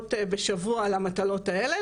שעות בשבוע על המטלות האלה,